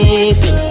easy